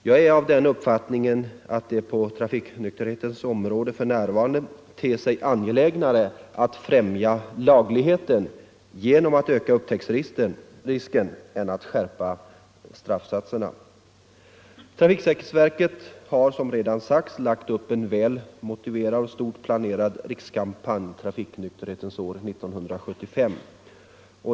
Jag anser att det är angelägnare att främja lagligheten genom att öka risken för upptäckt än att skärpa straffsatserna. Trafiksäkerhetsverket har lagt upp en väl motiverad och stort planerad rikskampanj, Trafiksäkerhetens år 1975.